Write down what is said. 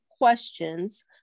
questions